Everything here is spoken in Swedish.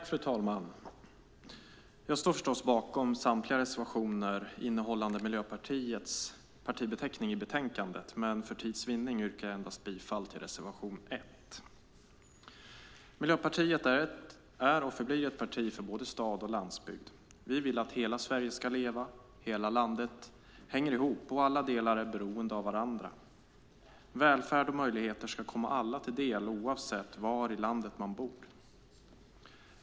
Fru talman! Jag står förstås bakom samtliga reservationer innehållande Miljöpartiets partibeteckning i betänkandet. Men för tids vinnande yrkar jag bifall endast till reservation 1. Miljöpartiet är och förblir ett parti för både stad och landsbygd. Vi vill att hela Sverige ska leva. Hela landet hänger ihop, och alla delar är beroende av varandra. Välfärd och möjligheter ska komma alla till del, oavsett var i landet man bor.